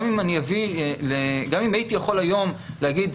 גם אם הייתי יכול היום להגיד,